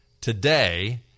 Today